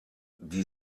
die